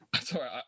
Sorry